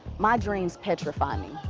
my dreams petrify me.